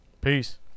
Peace